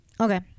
Okay